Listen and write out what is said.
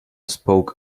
spoke